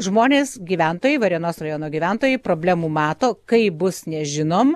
žmonės gyventojai varėnos rajono gyventojai problemų mato kaip bus nežinom